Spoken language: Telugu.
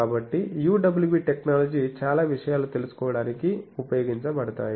కాబట్టి UWB టెక్నాలజీ చాలా విషయాలు తెలుసుకోవడానికి ఉపయోగించబడతాయి